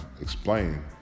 explain